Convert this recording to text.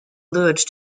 lured